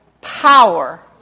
power